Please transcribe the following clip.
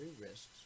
risks